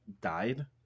died